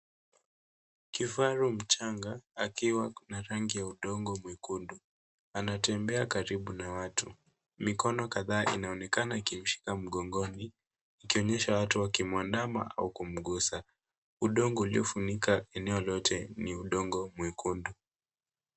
Kifaru mchanga akiwa na rangi ya udongo mwekundu, anatembea karibu na watu. Mikono kadhaa inaonekana ikimshika mgongoni, ikionyesha watu wakimwandama au kumgusa. Udongo uliofunika eneo lote, ni udongo mwekundu.